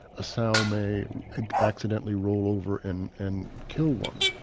a sow may accidentally roll over and and kill one.